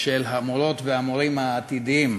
של המורות והמורים העתידיים.